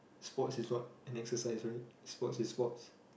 sports is not an exercise right sports is sports